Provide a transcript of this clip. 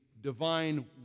divine